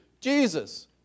Jesus